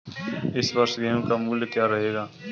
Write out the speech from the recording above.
इस वर्ष गेहूँ का मूल्य क्या रहेगा?